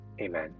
Amen